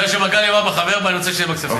בגלל שמגלי והבה חבר בה אני רוצה שיהיה בכספים.